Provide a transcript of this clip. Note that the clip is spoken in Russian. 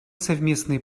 совместные